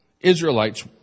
Israelites